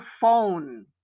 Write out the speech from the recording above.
phone